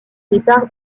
départ